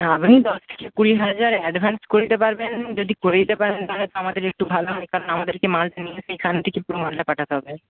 আপনি দশ থেকে কুড়ি হাজার অ্যাডভান্স করে দিতে পারবেন যদি করে দিতে পারেন তাহলে তো আমাদের একটু ভালো হয় কারণ আমাদেরকে মালটা নিয়ে এসে এখান থেকে পুরো মালটা পাঠাতে হবে